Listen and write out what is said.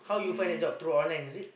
um